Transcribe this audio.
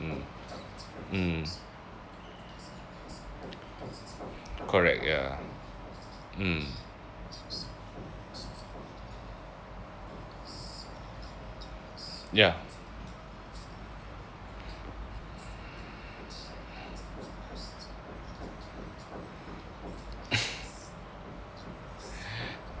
mm mm correct ya mm ya